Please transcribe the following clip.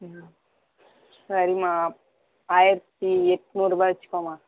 ம் சரிம்மா ஆயிரத்தி எட்நூறுபா வைச்சிக்கோம்மா